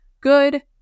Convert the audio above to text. Good